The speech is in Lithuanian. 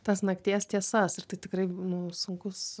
tas nakties tiesas ir tai tikrai nu sunkus